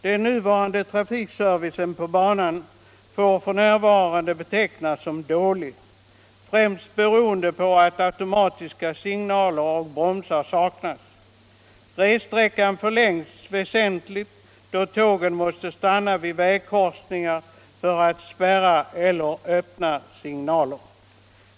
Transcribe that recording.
Den nuvarande trafikservicen på banan får betecknas som dålig, främst beroende på att automatiska signaler och bromsar saknas. Ressträckan förlängs väsentligt, då tågen måste stanna vid vägkorsningar för att spärra eller öppna signaler.